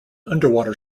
underwater